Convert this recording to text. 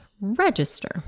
register